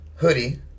hoodie